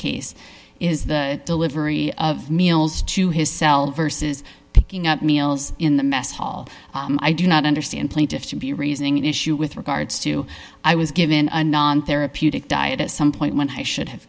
case is the delivery of meals to his cell verses picking up meals in the mess hall i do not understand plaintiffs to be raising an issue with regards to i was given a non therapeutic diet at some point when i should have